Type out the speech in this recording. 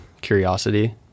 curiosity